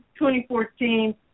2014